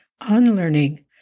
unlearning